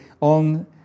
on